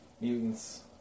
mutants